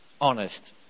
honest